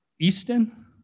easton